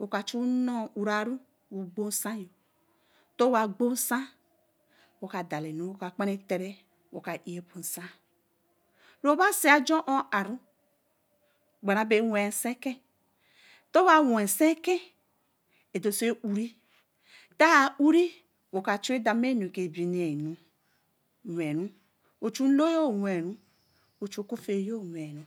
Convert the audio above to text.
woka chu nno-ura wo gbo-nsa-ōh towa ogbo-nsa woka dala ɛnu raka gbara tera wokja ɛii-bo-nsa, ro ba si ajo oh ara gberebe ɛwe nsa ɛke, towa wel sa ɛke ɛdose ɛuuri. Ta uri woka chu demonu kebinii we-ru wo chuū nlo-oh wee wo chuū kofie wee